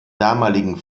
damaligen